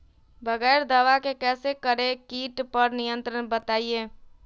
बगैर दवा के कैसे करें कीट पर नियंत्रण बताइए?